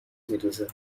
میدوزه